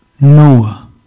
Noah